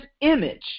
image